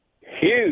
huge